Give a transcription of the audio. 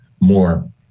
more